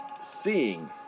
seeing